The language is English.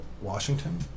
Washington